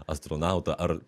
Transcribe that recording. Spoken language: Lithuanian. astronautą ar